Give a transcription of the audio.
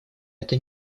это